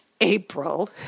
April